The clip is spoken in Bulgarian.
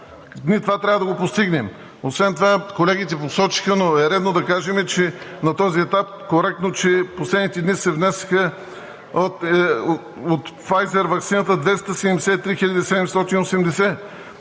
Ние това трябва да го постигнем. Освен това колегите посочиха, но е редно да кажем на този етап коректно, че в последните дни се внесоха 273 780 от ваксината